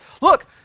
look